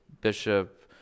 Bishop